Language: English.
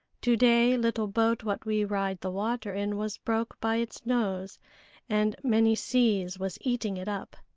to-day little boat what we ride the water in was broke by its nose and many seas was eating it up.